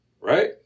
right